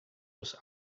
was